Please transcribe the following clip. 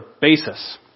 basis